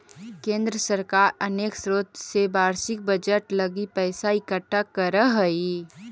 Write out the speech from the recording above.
केंद्र सरकार अनेक स्रोत से वार्षिक बजट लगी पैसा इकट्ठा करऽ हई